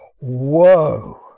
Whoa